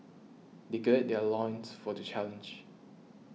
they gird their loins for the challenge